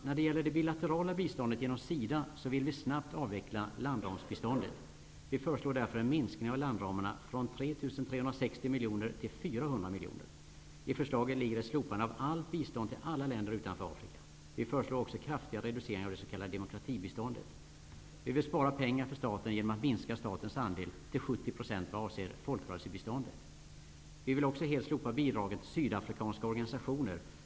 När det gäller det bilaterala biståndet genom SIDA vill vi snabbt avveckla landramsbiståndet. Vi föreslår därför en minskning av landramarna från 3 360 miljoner till 400 miljoner. I förslaget ligger ett slopande av allt bistånd till alla länder utanför Afrika. Vi föreslår också kraftiga reduceringar av det s.k. demokratibiståndet. Vi vill spara pengar för staten genom att minska statens andel till 70 % vad avser folkrörelsebiståndet. Vi vill också helt slopa bidragen till sydafrikanska organisationer.